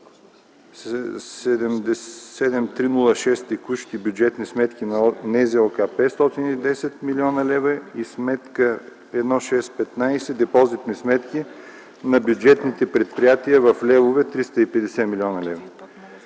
7306 – текущи бюджетни сметки на НЗОК – 510 млн. лв., и по сметка № 1615 – депозитни сметки на бюджетните предприятия в левове – 350 млн. лв.